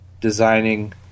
designing